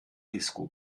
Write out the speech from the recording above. disco